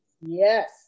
Yes